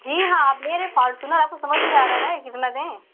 जी हाँ आप ले रहे फॉर्चुनर आपको समझ नहीं आ रहा है कितना दें